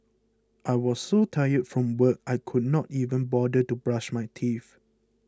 I was so tired from work I could not even bother to brush my teeth